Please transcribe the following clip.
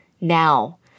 now